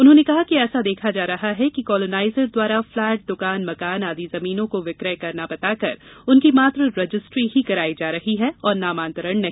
उन्होंने कहा कि ऐसा देखा जा रहा है कि कॉलोनाइजर द्वारा फ्लैट दुकान मकान आदि जमीनों को विक्रय करना बताकर उनकी मात्र रजिस्ट्री ही करायी जा रही है और नामांतरण नहीं